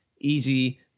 easy